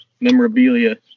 Memorabilia